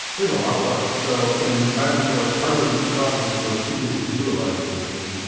there's a lot of work. so in an environment where part of the root causes were, too busy to do a lot of these things,